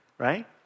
Right